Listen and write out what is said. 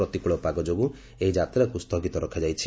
ପ୍ରତିକୂଳ ପାଗ ଯୋଗୁଁ ଏହି ଯାତ୍ରାକୁ ସ୍ଥଗିତ ରଖାଯାଇଛି